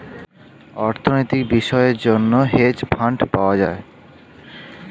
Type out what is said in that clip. অর্থনৈতিক বিষয়ের জন্য হেজ ফান্ড পাওয়া যায়